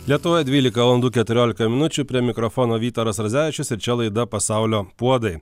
lietuvoje dvylika valandų keturiolika minučių prie mikrofono vytaras radzevičius ir čia laida pasaulio puodai